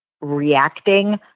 reacting